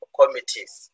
committees